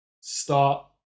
start